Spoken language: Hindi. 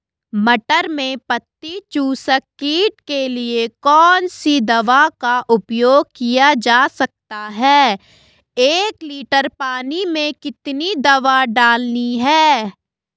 मटर में पत्ती चूसक कीट के लिए कौन सी दवा का उपयोग किया जा सकता है एक लीटर पानी में कितनी दवा डालनी है?